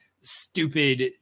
stupid